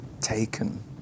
taken